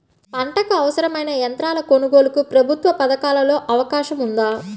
పంటకు అవసరమైన యంత్రాల కొనగోలుకు ప్రభుత్వ పథకాలలో అవకాశం ఉందా?